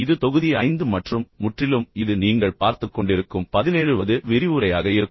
இது தொகுதி 5 மற்றும் முற்றிலும் இது நீங்கள் பார்த்துக்கொண்டிருக்கும் 17 வது விரிவுரையாக இருக்கும்